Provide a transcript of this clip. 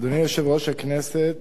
אדוני יושב-ראש הכנסת,